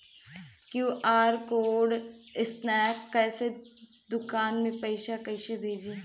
QR code scan करके दुकान में पैसा कइसे भेजी?